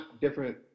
different